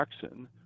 Jackson